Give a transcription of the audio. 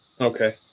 Okay